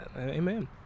Amen